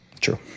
True